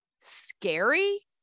scary